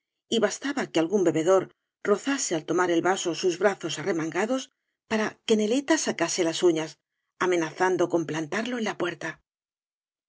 y bastaba que algún bebedor rozase al tomar el vaso sus brazos arremangados para que neleta sacase las uñas amenazando con plantarlo en la puerta